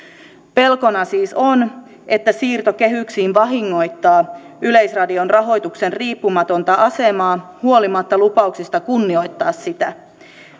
pelkona siis on että siirto kehyksiin vahingoittaa yleisradion rahoituksen riippumatonta asemaa huolimatta lupauksista kunnioittaa sitä